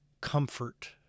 comfort